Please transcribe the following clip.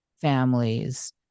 families